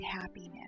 happiness